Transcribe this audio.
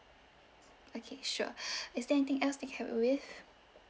okay sure is there anything else that I can help you with